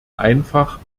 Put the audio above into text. einfach